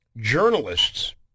journalists